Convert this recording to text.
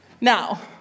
Now